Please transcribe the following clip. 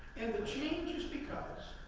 and the change is because